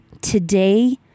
today